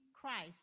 Christ